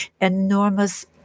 enormous